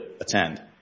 attend